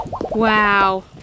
Wow